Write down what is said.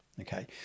okay